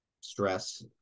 stress